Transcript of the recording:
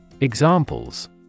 Examples